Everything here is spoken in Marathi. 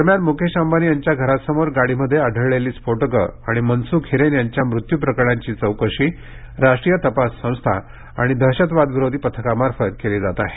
दरम्यान मुकेश अंबानी यांच्या घरासमोर गाडीमध्ये आढळलेली स्फोटक आणि मनसुख हिरेन यांच्या मृत्यू प्रकरणाची चौकशी राष्ट्रीय तपास संस्था आणि दहशतवादविरोधी पथकामार्फत केली जात आहे